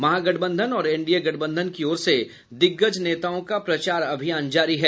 महागठबंधन और एनडीए गठबंधन की ओर से दिग्गज नेताओं का प्रचार अभियान जारी है